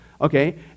okay